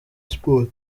sport